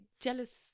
jealous